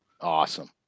Awesome